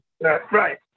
Right